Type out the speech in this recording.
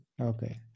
Okay